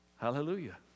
Hallelujah